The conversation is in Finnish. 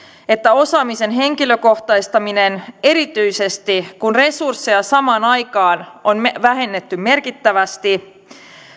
että osaamisen henkilökohtaistaminen erityisesti kun resursseja samaan aikaan on vähennetty merkittävästi